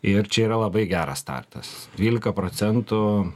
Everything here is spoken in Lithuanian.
ir čia yra labai geras startas dvylika procentų